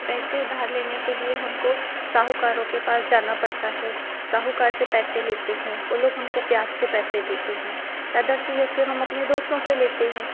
पैसे उधार लेने के लिए हमको साहूकारों के पास जाना पड़ता है साहूकार से पैसे लेते हैं वो लोग हमको ब्याज से पैसे देते हैं ज़्यादा चाहिए फिर हम अपने दोस्तों से लेते हैं